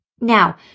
Now